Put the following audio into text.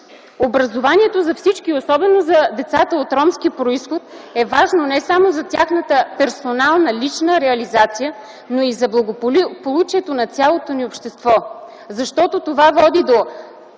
Образованието за всички, особено за децата от ромски произход, е важно не само за тяхната персонална, лична реализация, но и за благополучието на цялото ни общество, защото това води до